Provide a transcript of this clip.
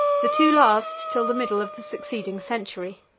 the two last till the middle of the succeeding century.